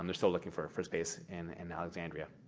um they're so looking for for space in and alexandria.